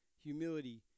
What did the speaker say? humility